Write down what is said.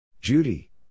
Judy